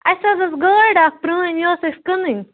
اَسہِ حظ ٲس گٲڑۍ اَکھ پرٛٲنۍ یہِ ٲس اَسہِ کٕنٕنۍ